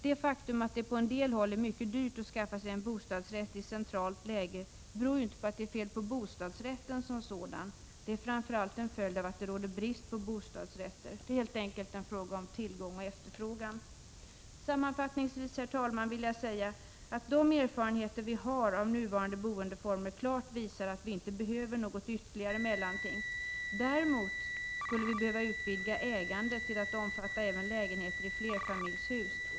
Det faktum att det på en del håll är mycket dyrt att skaffa sig en bostadsrätt i centralt läge beror ju inte på att det är fel på bostadsrätten som sådan. Det är framför allt en följd av att det råder brist på bostadsrätter. Det är helt enkelt en fråga om tillgång och efterfrågan. Sammanfattningsvis vill jag säga att de erfarenheter vi har av nuvarande boendeformer klart visar att vi inte behöver något ytterligare mellanting. Däremot skulle vi behöva utvidga ägandet till att omfatta även lägenheter i flerfamiljshus.